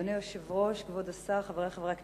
אדוני היושב-ראש, כבוד השר, חברי חברי הכנסת,